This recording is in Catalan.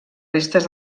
restes